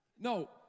no